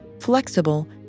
flexible